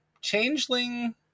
Changeling